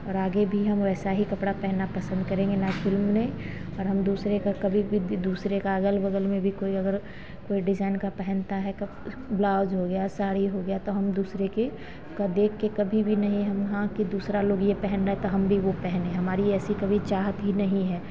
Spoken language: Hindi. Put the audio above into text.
और आगे भी हम वैसा ही कपड़ा पहनना पसंद करेंगे ना फिल्म में और हम दूसरे कभी भी दूसरे का अगल बगल में भी कोई अगर कोई डिजाइन का पहनता भी है कप ब्लाउज हो गया साड़ी हो गया तो हम दूसरे कि का देख के कभी भी नहीं हम कि हाँ दूसरा लोग यह पहन रहा है तो हम भी यह पहने हमारी ऐसी कभी चाहत ही नहीं है